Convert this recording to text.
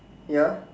ya